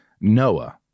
Noah